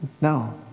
No